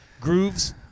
grooves